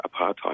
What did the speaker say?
apartheid